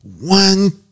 one